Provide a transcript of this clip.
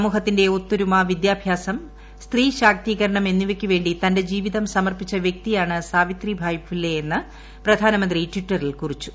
സമൂഹത്തിന്റെ ഒത്തൊരുമ വിദ്യാഭ്യാസം സ്ത്രീശാക്തീകരണം എന്നിവയ്ക്ക് വേണ്ടി തന്റെ ജീവിതം സമർപ്പിച്ച വ്യക്തിയാണ് സാവിത്രിഭായ് ഫുലെ എന്ന് പ്രധാനമന്ത്രി ടിറ്ററിൽ കുറിച്ചു